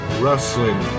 wrestling